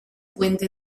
puente